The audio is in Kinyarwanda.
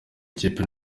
ikipe